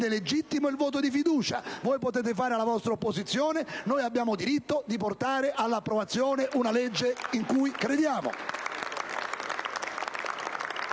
legittimo il voto di fiducia. Voi potete fare la vostra opposizione, noi abbiamo diritto di portare all'approvazione una legge in cui crediamo.